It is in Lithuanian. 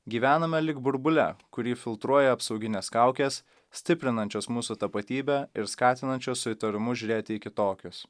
gyvename lyg burbule kurį filtruoja apsauginės kaukės stiprinančios mūsų tapatybę ir skatinančios su įtarumu žiūrėti į kitokius